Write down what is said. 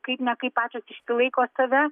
kaip ne kaip pačios išsilaiko save